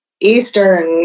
eastern